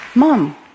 Mom